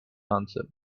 answered